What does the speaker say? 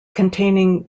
containing